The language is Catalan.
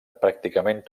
pràcticament